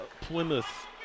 Plymouth